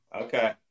Okay